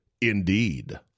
Indeed